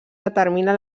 determina